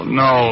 no